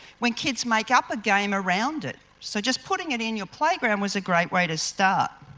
when kids make up a game around it, so just putting it in your playground was a great way to start.